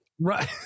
Right